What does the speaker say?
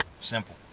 Simple